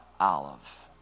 Olive